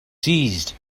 seized